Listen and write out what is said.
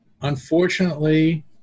unfortunately